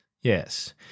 Yes